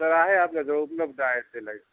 sir आहे आपला जो उपलब्ध आहे तेल आहे